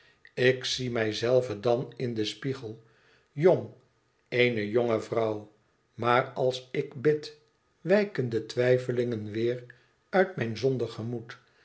ik zie mijzelve dan in den spiegel jong eene jonge vrouw maar als ik bid wijken de twijfelingen weêr uit mijn zondig gemoed